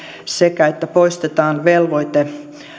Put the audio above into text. sekä se että poistetaan velvoite